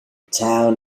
town